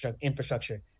infrastructure